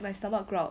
my stomach growl